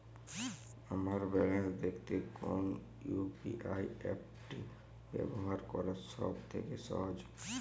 আমার ব্যালান্স দেখতে কোন ইউ.পি.আই অ্যাপটি ব্যবহার করা সব থেকে সহজ?